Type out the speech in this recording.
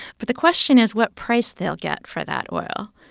but the question is what price they'll get for that oil.